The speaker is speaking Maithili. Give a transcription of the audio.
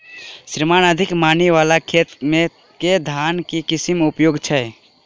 श्रीमान अधिक पानि वला खेत मे केँ धान केँ किसिम उपयुक्त छैय?